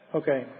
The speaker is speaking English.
okay